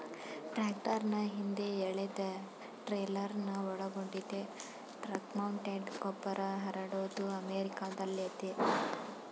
ಟ್ರಾಕ್ಟರ್ನ ಹಿಂದೆ ಎಳೆದಟ್ರೇಲರ್ನ ಒಳಗೊಂಡಿದೆ ಟ್ರಕ್ಮೌಂಟೆಡ್ ಗೊಬ್ಬರಹರಡೋದು ಅಮೆರಿಕಾದಲ್ಲಯತೆ